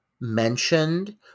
mentioned